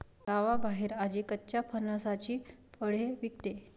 गावाबाहेर आजी कच्च्या फणसाची फळे विकते